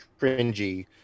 cringy